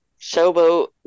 showboat